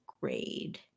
grade